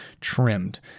trimmed